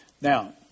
Now